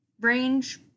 range